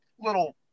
little